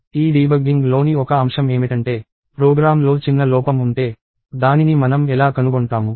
ఈ డీబగ్గింగ్లోని ఒక అంశం ఏమిటంటే ప్రోగ్రామ్లో చిన్న లోపం ఉంటే దానిని మనం ఎలా కనుగొంటాము